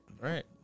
Right